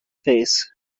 face